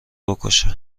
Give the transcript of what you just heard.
بکشه